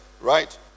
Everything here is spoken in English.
right